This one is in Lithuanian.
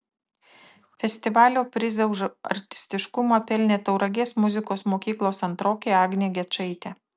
festivalio prizą už artistiškumą pelnė tauragės muzikos mokyklos antrokė agnė gečaitė